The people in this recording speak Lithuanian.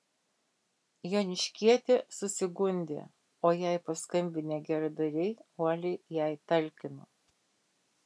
joniškietė susigundė o jai paskambinę geradariai uoliai jai talkino